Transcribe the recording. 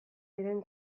diren